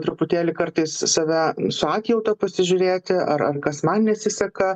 truputėlį kartais save su atjauta pasižiūrėti ar ar kas man nesiseka